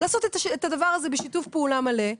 לעשות את הדבר הזה בשיתוף פעולה מלא.